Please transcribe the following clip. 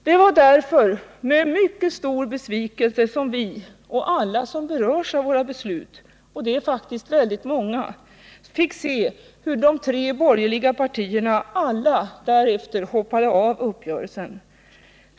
Det var därför med mycket stor besvikelse som vi och alla som berörs av våra beslut — och det är faktiskt väldigt många — fick se hur de tre borgerliga partierna därefter alla hoppade av uppgörelsen.